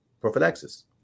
prophylaxis